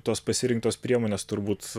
tos pasirinktos priemonės turbūt